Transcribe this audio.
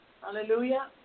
Hallelujah